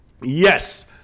Yes